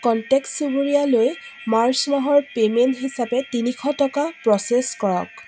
contact চুবুৰীয়ালৈ March মাহৰ payment হিচাপে তিনিশ টকা প্ৰ'চেছ কৰক